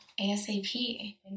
ASAP